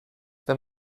wenn